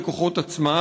בכוחות עצמה,